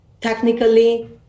technically